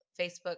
Facebook